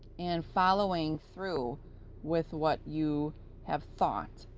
and following through with what you have thought,